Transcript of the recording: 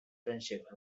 friendship